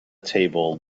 table